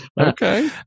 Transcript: okay